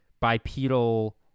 bipedal